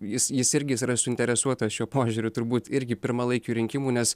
jis jis irgi jis yra suinteresuotas šiuo požiūriu turbūt irgi pirmalaikių rinkimų nes